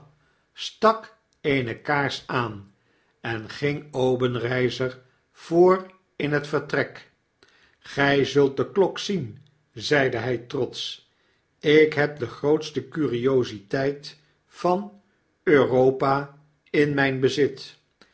eene kaars aan en ging obenreizer voor in het vertrek gy zult de klok zien zeide hy trotsch ik heb de grootste curiositeit van e u r o p a in mijn bezit